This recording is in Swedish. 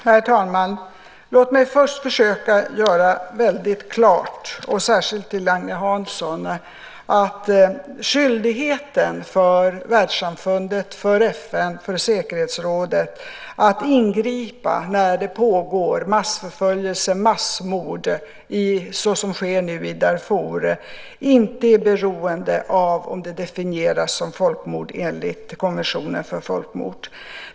Herr talman! Låt mig först försöka göra väldigt klart, särskilt för Agne Hansson, att skyldigheten för världssamfundet, för FN, för säkerhetsrådet att ingripa när det pågår massförföljelse och massmord, såsom sker nu i Darfur, inte är beroende av om det definieras som folkmord enligt konventionen om folkmord.